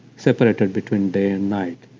separated between day and night.